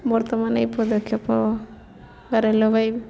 ବର୍ତ୍ତମାନ ଏଇ ପଦକ୍ଷେପ ରେଳବାଇ